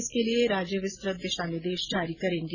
इसके लिए राज्य विस्तृत निर्देश जारी करेंगे